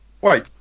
wait